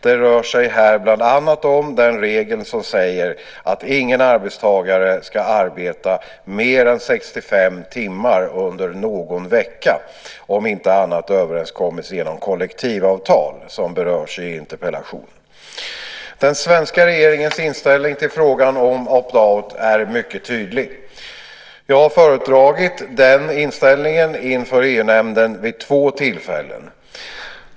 Det rör sig här bland annat om den regel som säger att ingen arbetstagare ska arbeta mer än 65 timmar under någon vecka om inte annat överenskommits genom kollektivavtal som berörs i interpellationen. Den svenska regeringens inställning till frågan om opt out är mycket tydlig. Jag har föredragit den inställningen inför EU-nämnden vid två tillfällen.